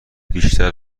بیشتر